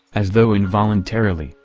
as though involuntarily,